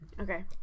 Okay